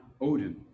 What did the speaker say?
Odin